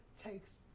Takes